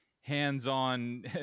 hands-on